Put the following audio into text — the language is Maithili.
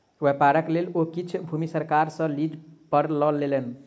व्यापारक लेल ओ किछ भूमि सरकार सॅ लीज पर लय लेलैन